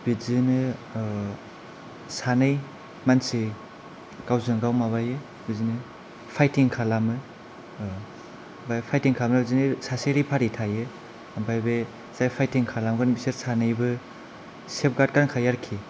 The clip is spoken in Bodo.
बिदिनो सानै मानसि गावजों गाव माबायो बिदिनो फाइटिं खालामो बे फाइटिं खालामनायजोनो सासे रेफारि थायो ओमफ्राय बे जाय फाइटिं खालामगोन बिसोर सानैबो सेफगार्ड गानखायो आरोखि